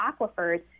aquifers